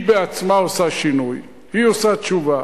היא בעצמה עושה שינוי, היא עושה תשובה.